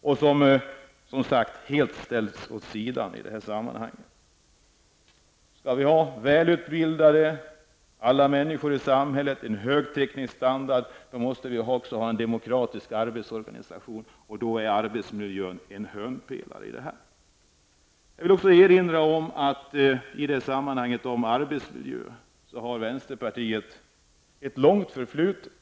Om alla människor i samhället skall vara välutbildade och vi skall ha en hög teknisk standard måste vi ha en demokratisk arbetsorganisation, och då utgör arbetsmiljön en hörnpelare. Jag vill erinra om att när det gäller arbetsmiljön har vänsterpartiet ett mångårigt förflutet.